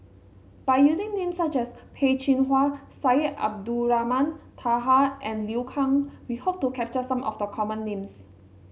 by using names such as Peh Chin Hua Syed Abdulrahman Taha and Liu Kang we hope to capture some of the common names